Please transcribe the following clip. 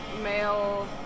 male